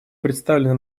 представлены